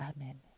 Amen